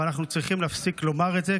אבל אנחנו צריכים להפסיק לומר את זה,